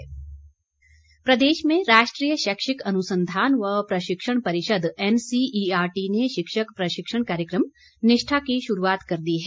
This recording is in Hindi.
एनसीईआरटी प्रदेश में राष्ट्रीय शैक्षिक अनुसंधान व प्रशिक्षण परिषद एनसीईआरटी ने शिक्षक प्रशिक्षण कार्यक्रम निष्ठा की शुरूआत कर दी है